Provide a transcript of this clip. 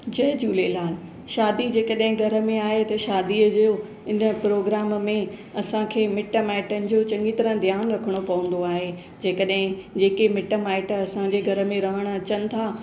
जय झूलेलाल शादी जे कॾहिं घर में आहे त शादीअ जो इन प्रोग्राम में असांखे मिटु माइटनि जो चङी तरह ध्यानु रखणो पवंदो आहे जेकॾहिं जेके मिटु माइटु असांजे घर में रहण अचनि था